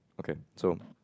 can so